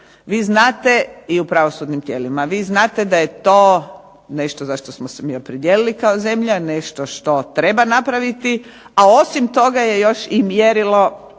pravosuđu i u pravosudnim tijelima. Vi znate da je to nešto za što smo se mi opredijelili kao zemlja, nešto što treba napraviti, a osim toga je još i mjerilo